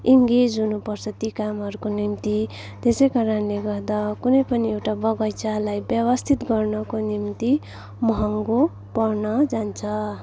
engage हुनु पर्छ ती कामहरूको निम्ति त्यसै कारणले गर्दा कुनै पनि एउटा बगैँचालाई व्यवस्थित गर्नको निम्ति महँगो पर्न जान्छ